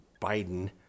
Biden